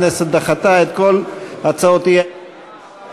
הכנסת דחתה את כל הצעות האי-אמון בממשלה.